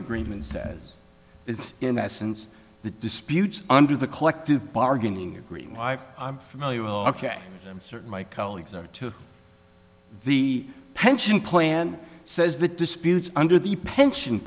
agreement says it's in that sense the disputes under the collective bargaining agreement i'm familiar with ok i'm certain my colleagues are to the pension plan says that disputes under the pension